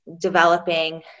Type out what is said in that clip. developing